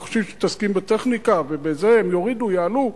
רק מתעסקים בטכניקה, ובזה, הם יורידו, יעלו,